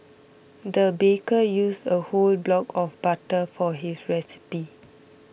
the baker used a whole block of butter for his recipe